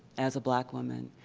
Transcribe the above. as a black woman.